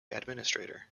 administrator